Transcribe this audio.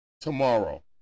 tomorrow